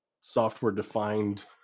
software-defined